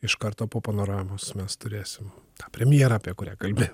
iš karto po panoramos mes turėsim premjerą apie kurią kalbi